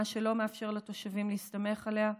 מה שלא מאפשר לתושבים להסתמך עליה,